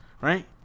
Right